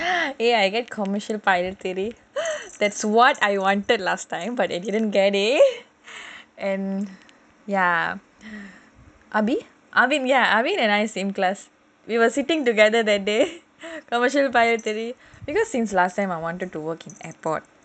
!yay! I get commercial pilot theory that's what I wanted last time but I didn't get it and ya arvin and I same class we were sitting together that day commercial pilot theory because since last time I wanted to work in airport